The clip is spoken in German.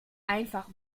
einfach